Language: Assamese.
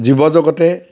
জীৱ জগতে